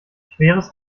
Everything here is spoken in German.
schweres